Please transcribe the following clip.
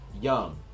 young